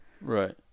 right